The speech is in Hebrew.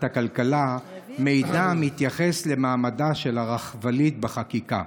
הכלכלה מידע המתייחס למעמדה של הרכבלית בחקיקה,